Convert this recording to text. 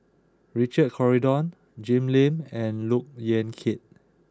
Richard Corridon Jim Lim and Look Yan Kit